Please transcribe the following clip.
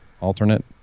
alternate